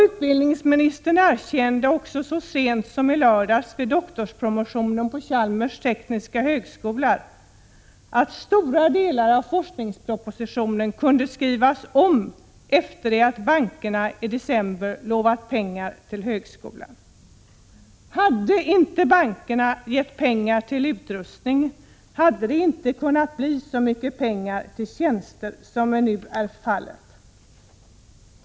Utbildningsministern erkände också så sent som i lördags vid doktorspromotionen på Chalmers tekniska högskola att stora delar av forskningspropositionen kunde skrivas om efter det att bankerna i december lovat pengar till högskolan. Hade inte bankerna gett pengar till utrustning, hade det inte kunnat bli så mycket pengar till tjänster som nu är fallet.